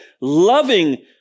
loving